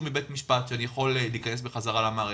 מבית משפט שאני יכול להיכנס בחזרה למערכת.